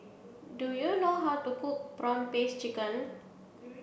do you know how to cook prawn paste chicken